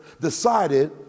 decided